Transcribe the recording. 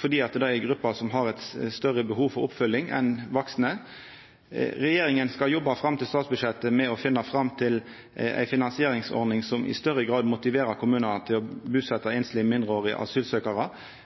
fordi det er ei gruppe som har eit større behov for oppfølging enn vaksne. Regjeringa skal jobba fram til statsbudsjettet med å finna fram til ei finansieringsordning som i større grad motiverer kommunane til å